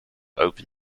open